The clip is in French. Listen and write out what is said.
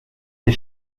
des